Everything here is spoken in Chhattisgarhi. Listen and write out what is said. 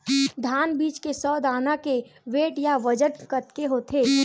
धान बीज के सौ दाना के वेट या बजन कतके होथे?